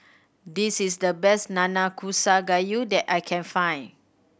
this is the best Nanakusa Gayu that I can find